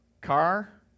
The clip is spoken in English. car